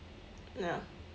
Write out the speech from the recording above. ya